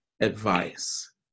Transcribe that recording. advice